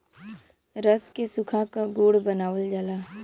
रस के सुखा क गुड़ बनावल जाला